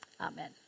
Amen